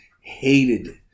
hated